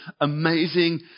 amazing